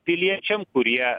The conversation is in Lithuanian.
piliečiam kurie